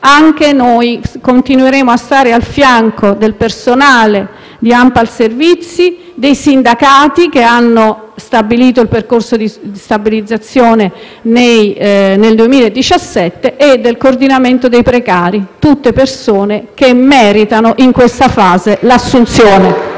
anche noi continueremo a stare al fianco del personale di ANPAL Servizi S.p.A. dei sindacati che hanno seguito il percorso di stabilizzazione nel 2017, e del coordinamento dei precari: tutte persone che meritano in questa fase l'assunzione.